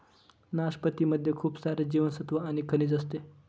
नाशपती मध्ये खूप सारे जीवनसत्त्व आणि खनिज असते